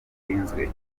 urinzwe